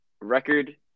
record